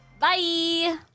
Bye